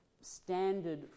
standard